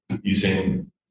Using